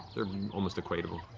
they're almost equatable.